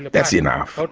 that's enough. but